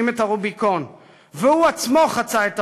שעה 17:00 תוכן העניינים ישיבה מיוחדת